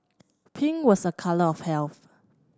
pink was a colour of health